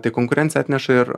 tai konkurencija atneša ir